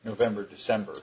november december